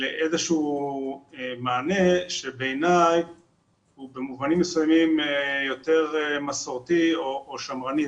לאיזשהו מענה שבעיני הוא במובנים מסוימים יותר מסורתי או שמרני.